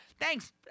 Thanks